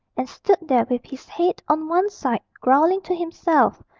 and stood there with his head on one side, growling to himself,